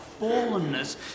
fallenness